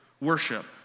worship